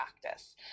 practice